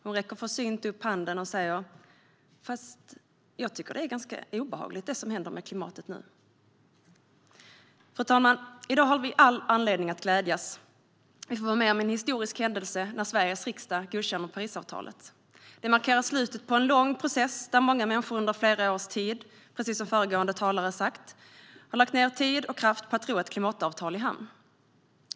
Hon räcker försynt upp handen och säger: Fast jag tycker att det som händer med klimatet nu är ganska obehagligt. Fru talman! I dag har vi all anledning att glädjas. Vi får vara med om en historisk händelse när Sveriges riksdag godkänner Parisavtalet. Det markerar slutet på en lång process, där många människor under flera års tid, precis som föregående talare sagt, har lagt ned tid och kraft på att ro ett klimatavtal i hamn.